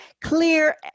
clear